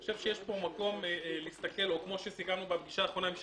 כפי שסיכמנו בפגישה האחרונה עם ישעיהו,